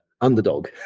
underdog